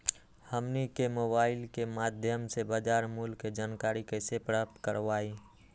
हमनी के मोबाइल के माध्यम से बाजार मूल्य के जानकारी कैसे प्राप्त करवाई?